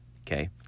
okay